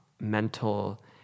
mental